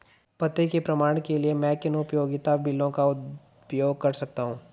पते के प्रमाण के लिए मैं किन उपयोगिता बिलों का उपयोग कर सकता हूँ?